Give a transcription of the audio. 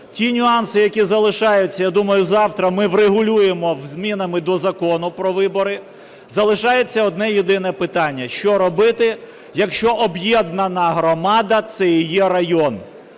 Ті нюанси, які залишаються, я думаю, завтра ми врегулюємо змінами до Закону про вибори. Залишається одне єдине питання: що робити, якщо об'єднана громада - це і є район?